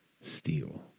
steel